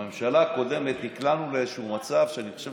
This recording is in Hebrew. בממשלה הקודמת נקלענו לאיזשהו מצב שאני חושב